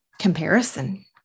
comparison